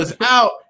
out